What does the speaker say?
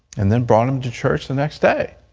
and then brought him to church the next day.